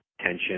tension